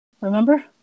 Remember